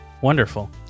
Wonderful